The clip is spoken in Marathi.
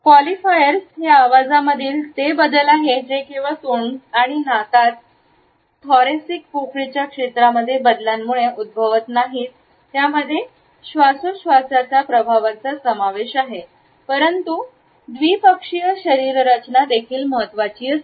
क्वालिफायर्स हे आवाजामधील ते बदल आहेत जे केवळ तोंड आणि नाकात थोरॅसिक पोकळीच्या क्षेत्रामध्ये बदलांमुळे उद्भवत नाहीत त्यामध्ये श्वासोच्छवासाच्या प्रभावांचा समावेश आहे परंतु द्विपक्षीय शरीर रचना देखील महत्वाची असते